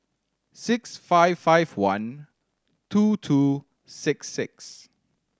six five five one two two six six